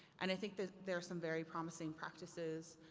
and i think that there are some very promising practices.